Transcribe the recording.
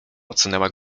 odsunęła